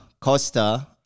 Costa